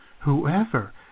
Whoever